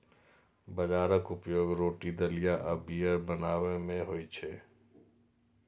बाजराक उपयोग रोटी, दलिया आ बीयर बनाबै मे होइ छै